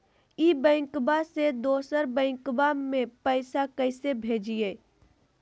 ई बैंकबा से दोसर बैंकबा में पैसा कैसे भेजिए?